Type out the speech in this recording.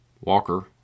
Walker